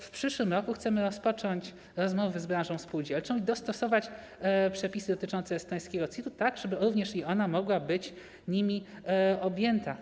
W przyszłym roku chcemy rozpocząć rozmowy z branżą spółdzielczą i dostosować przepisy dotyczące estońskiego CIT-u tak, żeby również i ona mogła być nimi objęta.